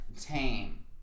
tame